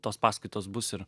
tos paskaitos bus ir